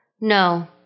No